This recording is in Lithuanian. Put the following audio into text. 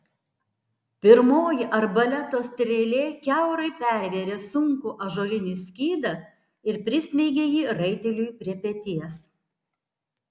pirmoji arbaleto strėlė kiaurai pervėrė sunkų ąžuolinį skydą ir prismeigė jį raiteliui prie peties